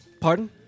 Pardon